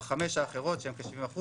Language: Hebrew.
בחמש האחרות, שהן כ-70%,